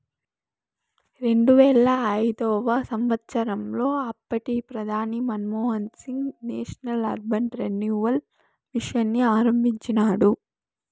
రెండువేల ఐదవ సంవచ్చరంలో అప్పటి ప్రధాని Manmohan Singh national urban renewal mission ని ఆరంభించినాడు